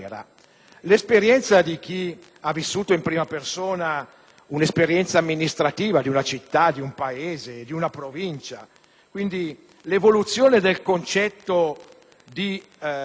di carriera. Chi ha vissuto in prima persona un'esperienza amministrativa di una città, di un paese o di una Provincia e, quindi, l'evoluzione del concetto di